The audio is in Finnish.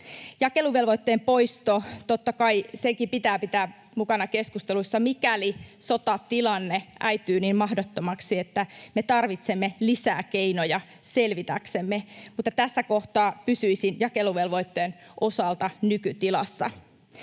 Jakeluvelvoitteen poisto, totta kai, pitää sekin pitää mukana keskusteluissa, mikäli sotatilanne äityy niin mahdottomaksi, että me tarvitsemme lisää keinoja selvitäksemme, mutta tässä kohtaa pysyisin jakeluvelvoitteen osalta nykytilassa.